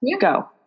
Go